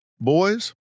boys